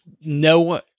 no